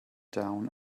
down